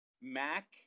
MAC